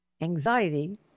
anxiety